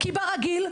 כי כרגיל,